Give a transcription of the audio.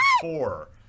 four